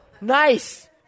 nice